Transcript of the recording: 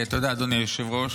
תודה, אדוני היושב-ראש.